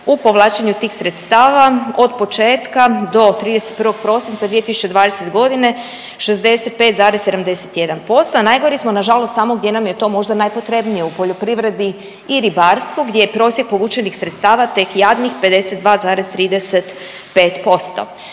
u povlačenju tih sredstava od početka do 31. prosinca 2020. g. 65,71%, a najgori smo nažalost tamo gdje nam je to možda najpotrebnije, u poljoprivredi i ribarstvu gdje je prosjek povučenih sredstava tek javnih 52,35%.